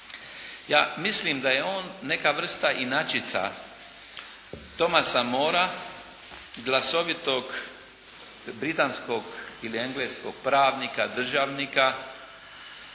Ja mislim da je on neka vrsta inačica Thomasa Morrea, glasovitog britanskog ili engleskog pravnika, državnika